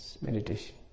meditation